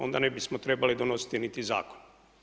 Onda ne bi smo trebali donositi niti zakon.